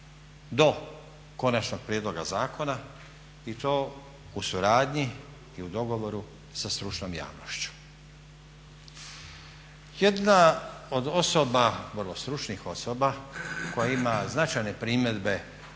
do konačnog prijedloga zakona i to u suradnji i u dogovoru sa stručnom javnošću. Jedna od osoba vrlo stručnih osoba koja ima značajne primjedbe